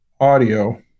audio